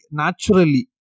naturally